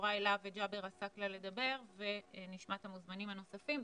יוראי להב וג'אבר עסאקלה לדבר ונשמע את המוזמנים הנוספים.